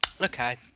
Okay